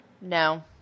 No